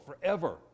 forever